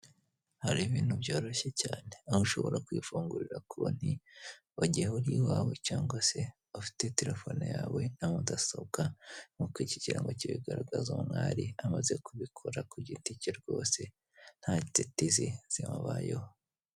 Hari ibintu byoroshye cyane aho ushobora kwifungurira konti, mu gihe uri iwawe cyangwa se ufite telefone yawe na mudasobwa nkuko iki kirango kibigaragaza uno mwari amaze kubikora ku giti cye rwose nta nzitizi zibabayeho.